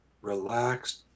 relaxed